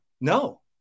No